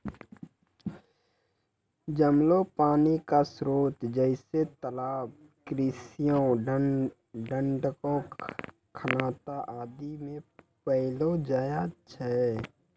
जमलो पानी क स्रोत जैसें तालाब, कुण्यां, डाँड़, खनता आदि म पैलो जाय छै